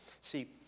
See